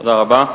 תודה רבה.